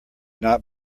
not